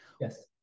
Yes